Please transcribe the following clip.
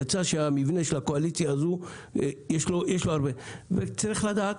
יצא שהמבנה של הקואליציה הזו יש לו הרבה וצריך לדעת